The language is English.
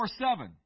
24-7